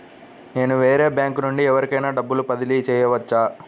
నేను వేరే బ్యాంకు నుండి ఎవరికైనా డబ్బు బదిలీ చేయవచ్చా?